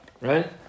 right